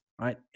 right